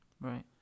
Right